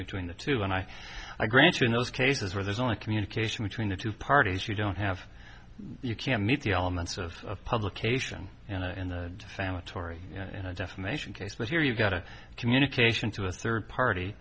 between the two and i i grant you in those cases where there's only communication between the two parties you don't have you can't meet the elements of publication and in the defamatory defamation case but here you've got a communication to a third party